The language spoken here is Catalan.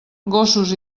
gossos